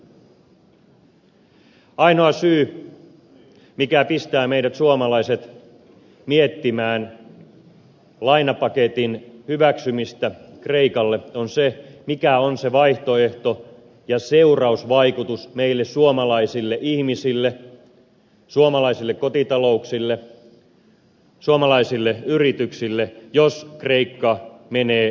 ainoa syy mikä pistää meidät suomalaiset miettimään lainapaketin hyväksymistä kreikalle on se mikä on se vaihtoehto ja seurausvaikutus meille suomalaisille ihmisille suomalaisille kotitalouksille suomalaisille yrityksille jos kreikka menee selvitystilaan